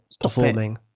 performing